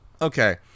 okay